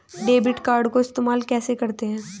Debit card को इस्तेमाल कैसे करते हैं?